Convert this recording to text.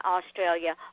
Australia